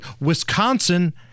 Wisconsin